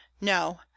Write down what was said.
no